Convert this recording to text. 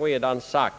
redan är sagt.